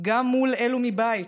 גם מול אלו מבית,